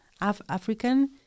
African